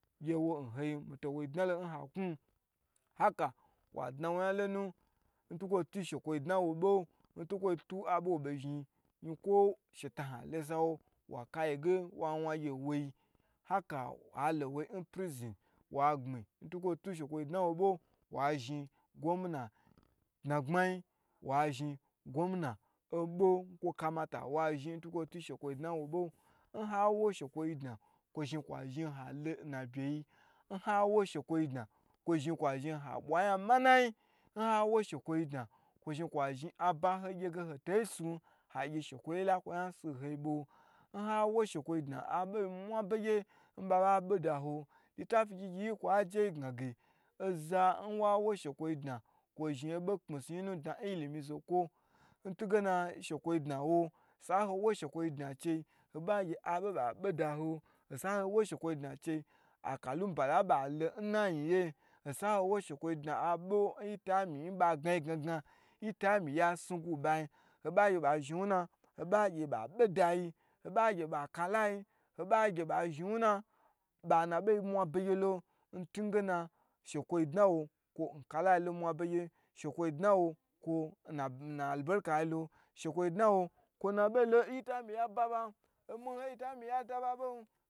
N hoyin mitowo dna lon wa knu, haka wa dna wo nya lonu ntukwo tu shekwo dna wo bo ntukwo tu abo wobei zhin yinko shetan kaloawo wa ka ye ge wa wan gye wo yi ha halo woyi n prison wa gbni ntukwo tu shekwo dna wo bo wa zhi gomni dnagbmayi wazhi gomna obo nkwo kamata wazhi in tukwo tu shekwodnaw bo, nhawo shekwoyi dna kwo zhi kwazhi halo na bye yi nha wo shekwoyi dna kwo zhin kwa zhin ha bwa yan manayi, n hawo shekwoyi dna ho zhin ha gye aba hoto sin shekwo kwo si nhoyi bo, n ha wo shekwoyi dna abo mwa begye nba bai be daho, litifi gyigyi yi kwa je yi gna ge pza nwa wo shekwoyi dna kwo zhin obo kpyisuyi nu dna n ilimi zokwo, ntugena shekwo dna wa sa ho wo shekwo dna chei hoba gye abo ba be da ho, osa howo shekwoyi dna chei aka lunbala nba lo nna ayinye osa ho wo shekwo dna chei abo nyita mi nba gnayi gna gna nyi ta mi ya snu gu nbayini, oba gye ba zhin wu na ho ba gye ba be dayi nna akalayi bana bo mwa be gyelo ntu ngena shekwo dna wa kwo kalalo n mwa be gye, shekwo dna wo kwo nan alibeli kalo, shekwo dna wo kwo nan abo lo nmwa begye omi nhoi